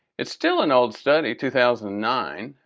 it's still an old study two thousand and nine.